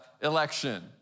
election